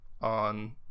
on